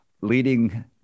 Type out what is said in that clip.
leading